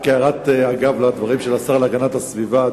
רק הערת אגב לדברים של השר להגנת הסביבה,